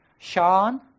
Sean